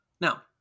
Now